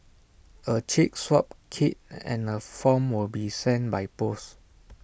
A cheek swab kit and A form will be sent by post